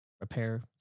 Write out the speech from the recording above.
repair